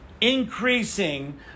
increasing